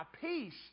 peace